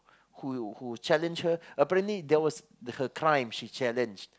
who who challenge her apparently that was her crime she challenge